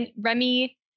Remy